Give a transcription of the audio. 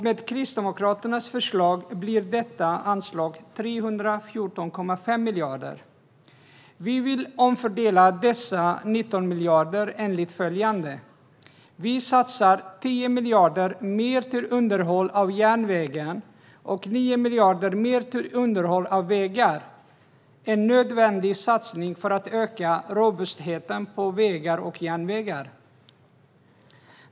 Med Kristdemokraternas förslag blir detta anslag 314,5 miljarder. Vi vill omfördela dessa 19 miljarder enligt följande: Vi satsar 10 miljarder mer på underhåll av järnvägen och 9 miljarder mer på underhåll av vägar. Det är en nödvändig satsning för att öka robustheten på vägar och järnvägar.